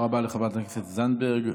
תודה רבה לחברת הכנסת זנדברג.